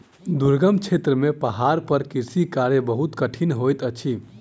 दुर्गम क्षेत्र में पहाड़ पर कृषि कार्य बहुत कठिन होइत अछि